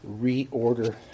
reorder